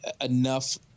enough